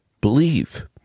Believe